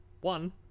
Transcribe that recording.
One